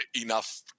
enough